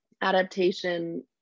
adaptation